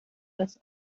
das